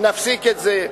נפסיק את זה?